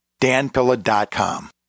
danpilla.com